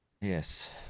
yes